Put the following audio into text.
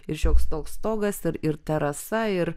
ir šioks toks stogas ir ir terasa ir